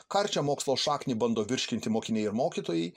karčią mokslo šaknį bando virškinti mokiniai ir mokytojai